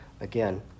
again